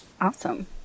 Awesome